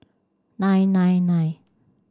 nine nine nine